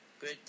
good